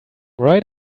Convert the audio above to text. right